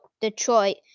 Detroit